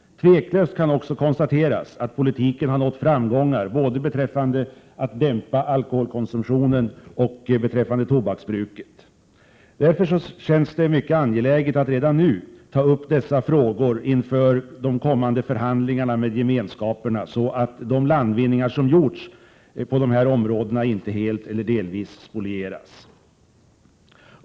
Tveklöst kan också konstateras att politiken har nått framgångar när det gäller att dämpa både Därför känns det mycket angeläget att redan nu ta upp dessa frågor inför de kommande förhandlingarna med gemenskaperna så att de landvinningar som gjorts inte helt eller delvis spolieras.